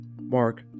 Mark